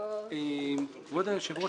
כבוד היושב-ראש,